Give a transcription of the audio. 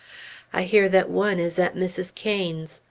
i hear that one is at mrs. cain's.